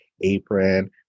apron